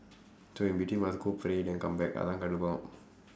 to a meeting must go pray then come back அதான் கடுப்பாகும்:athaan kaduppaakum